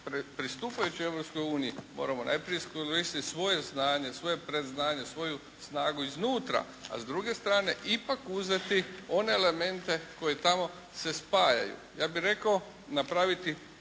pristupajući Europskoj uniji moramo najprije iskoristit svoje znanje, svoje predznanje, svoju snagu iznutra, a s druge strane ipak uzeti one elemente koji tamo se spajaju. Ja bih rekao napraviti